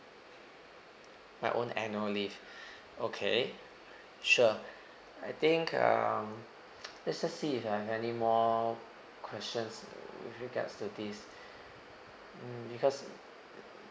my own annual leave okay sure I think um let's just see if I've any more questions with regards to this mm because